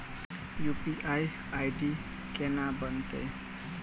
UPI ID केना बनतै?